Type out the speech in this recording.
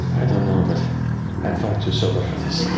i don't know, but i'm far too sober for this.